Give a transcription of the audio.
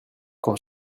quand